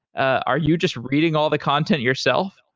are you just reading all the content yourself?